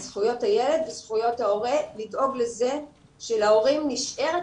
אז זכויות הילד וזכויות ההורה לדאוג לזה שלהורים נשארת